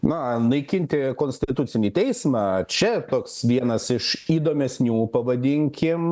na naikinti konstitucinį teismą čia toks vienas iš įdomesnių pavadinkim